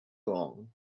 lawn